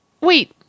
wait